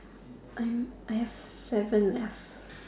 I am I have seven left